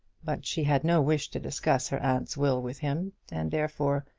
but she had no wish to discuss her aunt's will with him, and therefore,